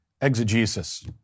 exegesis